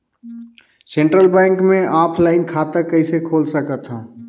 Central bank मे offline खाता कइसे खोल सकथव?